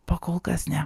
pakol kas ne